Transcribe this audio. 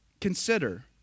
consider